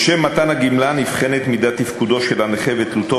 לשם מתן הגמלה נבחנת מידת תפקודו של הנכה ותלותו